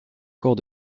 cours